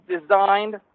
designed